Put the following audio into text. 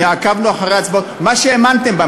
עקבנו אחרי ההצבעות מה שהאמנתם בו,